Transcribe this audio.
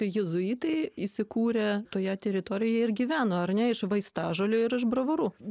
jėzuitai įsikūrė toje teritorijoje ir gyveno ar ne iš vaistažolių ir iš bravorų dabar